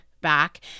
back